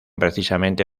precisamente